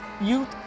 youth